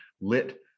lit